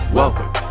welcome